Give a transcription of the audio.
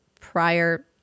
prior